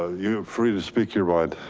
ah you're free to speak your mind,